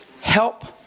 help